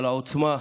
על העוצמה,